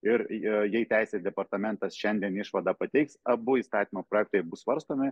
ir jei teisės departamentas šiandien išvadą pateiks abu įstatymo projektai bus svarstomi